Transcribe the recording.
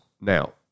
Now